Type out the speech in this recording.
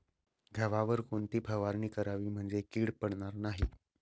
गव्हावर कोणती फवारणी करावी म्हणजे कीड पडणार नाही?